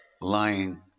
lying